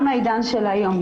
גם לעידן של היום,